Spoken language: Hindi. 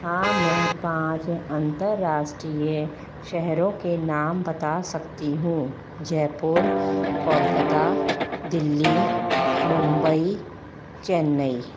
हाँ मैं पाँच अंतरराष्ट्रीय शहरों के नाम बता सकती हूँ जयपुर कोलकाता दिल्ली मुंबई चेन्नई